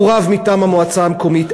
הוא רב מטעם המועצה המקומית,